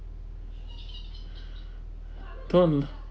ton